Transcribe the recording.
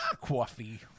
coffee